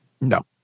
No